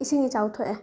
ꯏꯁꯤꯡ ꯏꯆꯥꯎ ꯊꯣꯛꯑꯦ